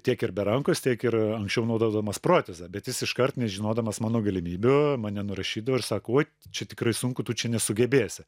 tiek ir be rankos tiek ir anksčiau naudodamas protezą bet jis iškart nežinodamas mano galimybių mane nurašydavo ir sako ui čia tikrai sunku tu čia nesugebėsi